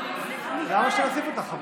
למה שאוסיף אותך?